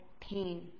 pain